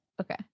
Okay